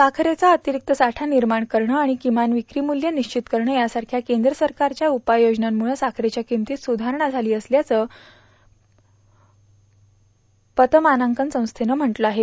साखरेचा अतिरिक्त साठा निर्माण करणं आणि किमान विक्री मुल्य निश्चित करणं यासारख्या केंद्र सरकारच्या उपाययेजनांमुळं साखरेच्या किंमतीत सुधारणा झाली असल्याचं इकरा या पतमानांकन संस्थेनं म्हटलं आहे